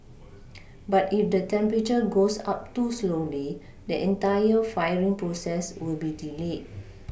but if the temperature goes up too slowly the entire firing process will be delayed